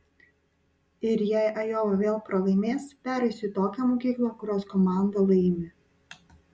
ir jei ajova vėl pralaimės pereisiu į tokią mokyklą kurios komanda laimi